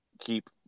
keep